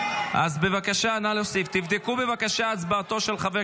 40. אני קובע כי הצעת חוק ההתייעלות הכלכלית